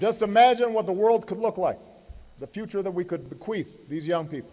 just imagine what the world could look like the future that we could bequeath these young people